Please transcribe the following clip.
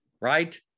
right